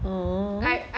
oh